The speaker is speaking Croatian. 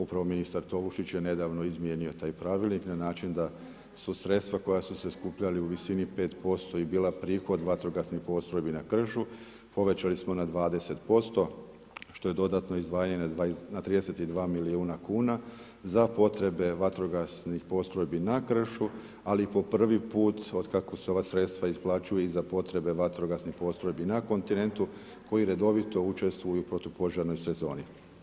Upravo ministar Tolušić je nedavno izmijenio taj pravilnik na način da su sredstva koja su se skupljali u visini 5% i bila prihod vatrogasnih postrojbi na Kršu, poveći smo na 20% što je dodatno izdvajanje na 32 milijuna kuna za potrebe vatrogasnih postrojbi na Kršu, ali i po prvi put od kako se ova sredstva isplaćuju i za potrebe vatrogasnih postrojbi na kontinentu koji redovito učestvuju u protupožarnoj sezoni.